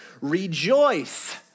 Rejoice